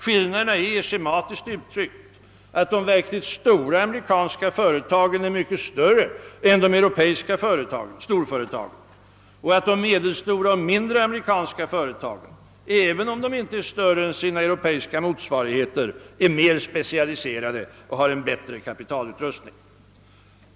Skillnaderna är, schematiskt uttryckt, att de verkligt stora amerikanska företagen är mycket större än de europeiska storföretagen och att de medelstora och mindre amerikanska företagen, även om de inte är större än sina europeiska motsvarigheter, är mera specialiserade och har en bättre kapitalutrustning.